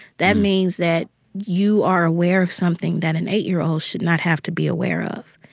that means that you are aware of something that an eight year old should not have to be aware of.